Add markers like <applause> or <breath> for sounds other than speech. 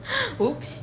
<breath> !oops!